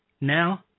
Now